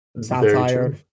Satire